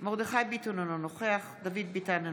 מיכאל מרדכי ביטון, אינו נוכח דוד ביטן,